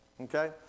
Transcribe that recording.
okay